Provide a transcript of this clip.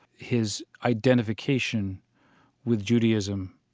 his identification with judaism,